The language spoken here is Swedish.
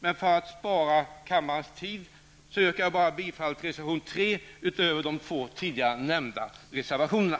Men för att spara tid åt kammaren yrkar jag bara bifall till reservation 3 -- förutom då de två tidigare nämnda reservationerna.